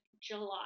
July